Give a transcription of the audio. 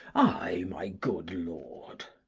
i, my good lord.